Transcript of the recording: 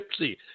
Gypsy